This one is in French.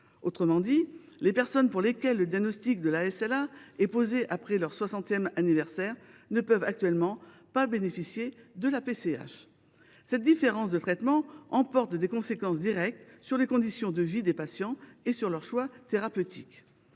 Actuellement, les personnes pour lesquelles le diagnostic de la SLA est posé après leur soixantième anniversaire ne peuvent pas bénéficier de la PCH. Une telle différence de traitement emporte des conséquences directes sur les conditions de vie des patients et sur leurs choix thérapeutiques.